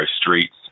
streets